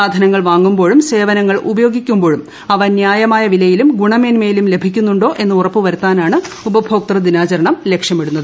സാധനങ്ങൾ വാങ്ങുമ്പോഴും സേവനങ്ങൾ ഉപയോഗിക്കുമ്പോഴും അവ ന്യായമായ വിലയിലും ഗുണമേന്മയിലും ലഭിക്കുന്നുണ്ടോ എന്ന് ഉറപ്പുവരുത്താനാണ് ഉപഭോക്ത്യ ദിനാചരണം ലക്ഷ്യമിടുന്നത്